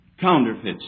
counterfeits